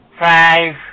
Five